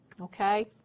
okay